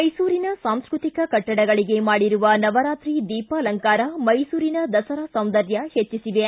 ಮೈಸೂರಿನ ಸಾಂಸ್ಟ್ರತಿಕ ಕಟ್ಟಡಗಳಗೆ ಮಾಡಿರುವ ನವರಾತ್ರಿ ದೀಪಾಲಂಕಾರ ಮೈಸೂರಿನ ದಸರಾ ಸೌಂದರ್ಯ ಹೆಟ್ಟಿಸಿವೆ